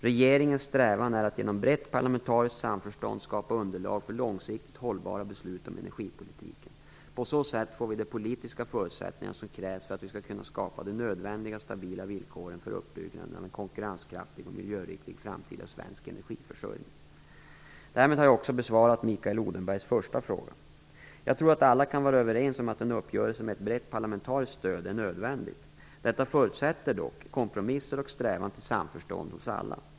Regeringens strävan är att genom brett parlamentariskt samförstånd skapa underlag för långsiktigt hållbara beslut om energipolitiken. På så sätt får vi de politiska förutsättningarna som krävs för att vi skall kunna skapa de nödvändiga stabila villkoren för uppbyggnaden av en konkurrenskraftig och miljöriktig framtida svensk energiförsörjning. Därmed har jag också besvarat Mikael Odenbergs första fråga. Jag tror att alla kan vara överens om att en uppgörelse med ett brett parlamentariskt stöd är nödvändig. Detta förutsätter dock kompromisser och strävan till samförstånd hos alla.